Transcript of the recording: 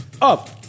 Up